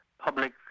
public